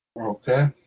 okay